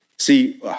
See